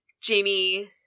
Jamie